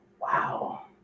wow